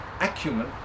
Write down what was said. acumen